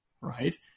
right